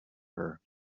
her